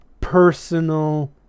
personal